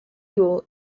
yule